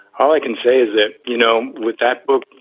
all i can say is that, you know, with that book,